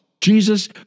Jesus